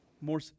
more